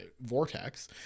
vortex